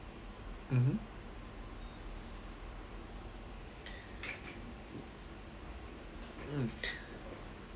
mmhmm mm